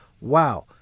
Wow